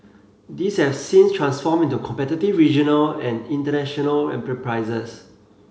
these have since transformed into competitive regional and international enterprises